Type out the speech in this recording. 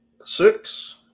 six